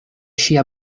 ŝia